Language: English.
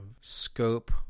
Scope